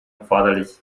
erforderlich